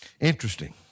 Interesting